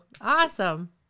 awesome